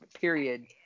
period